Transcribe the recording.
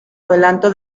adelanto